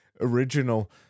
original